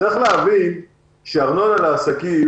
צריך להבין שארנונה לעסקים,